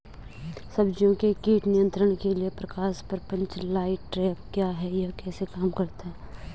सब्जियों के कीट नियंत्रण के लिए प्रकाश प्रपंच लाइट ट्रैप क्या है यह कैसे काम करता है?